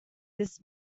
this